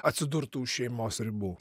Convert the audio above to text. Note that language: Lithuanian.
atsidurtų už šeimos ribų